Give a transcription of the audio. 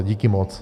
Díky moc.